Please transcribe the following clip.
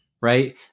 right